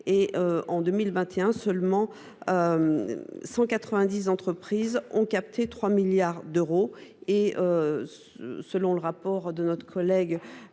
en 2021, seulement 190 entreprises ont capté 3 milliards d’euros. Selon le rapport précité de